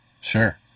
Sure